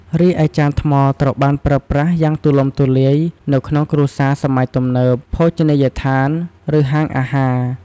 រីឯចានថ្មត្រូវបានប្រើប្រាស់យ៉ាងទូលំទូលាយនៅក្នុងគ្រួសារសម័យទំនើប ភោជនីយដ្ឋាន ឬហាងអាហារ។